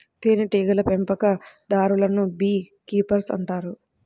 తేనెటీగల పెంపకందారులను beekeepers అంటారు